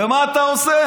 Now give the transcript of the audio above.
ומה אתה עושה?